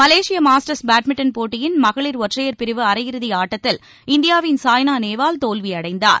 Malaysia Masters badminton போட்டியின் மகளிர் ஒற்றையர் பிரிவு அரை இறுதி ஆட்டத்தில் இந்தியாவின் சாய்னா நேவால் தோல்வியடைந்தார்